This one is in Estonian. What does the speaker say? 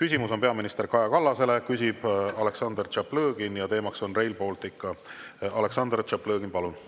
Küsimus on peaminister Kaja Kallasele, küsib Aleksandr Tšaplõgin ja teema on Rail Baltic. Aleksandr Tšaplõgin, palun!